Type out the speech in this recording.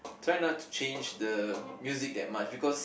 try not to change the music that much because